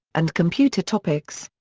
and computer topics.